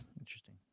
Interesting